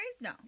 No